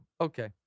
Okay